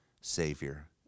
Savior